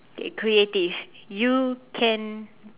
okay creative you can